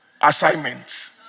assignment